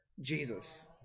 Jesus